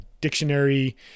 dictionary